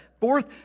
Fourth